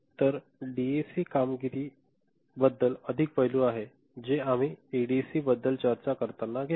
तर डीएसी कामगिरीबद्दल अधिक पैलू आहेत जे आम्ही एडीसीबद्दल चर्चा करताना घेऊ